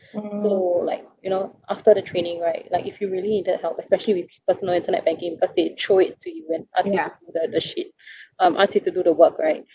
so like you know after the training right like if you really needed help especially with personal internet banking because they throw it to you and ask you to do all the shit um ask you to do the work right